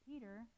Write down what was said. Peter